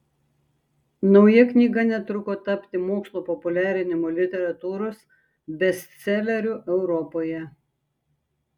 nauja knyga netruko tapti mokslo populiarinimo literatūros bestseleriu europoje